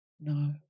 no